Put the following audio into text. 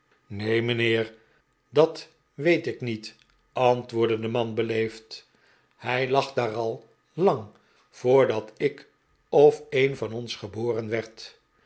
neen mijnheer dat weet ik niet antwoordde de man beleefd hij lag daar al lang voordat ik of een van ons geboren werd